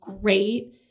great